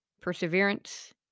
perseverance